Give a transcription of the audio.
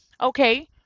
Okay